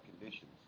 conditions